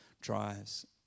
drives